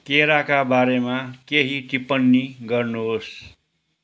केराका बारेमा केही टिप्पणी गर्नुहोस्